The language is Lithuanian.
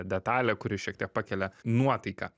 detalė kuri šiek tiek pakelia nuotaiką